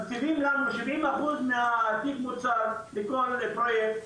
מקציבים לנו 70% לכל פרויקט,